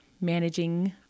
managing